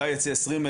אולי ייצא 20,000,